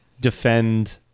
defend